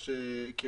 אבל אני עונה לא לך,